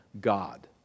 God